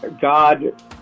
God